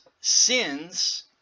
sins